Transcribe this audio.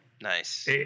Nice